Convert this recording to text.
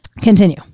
continue